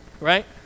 right